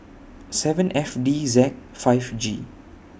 seven F D Z five G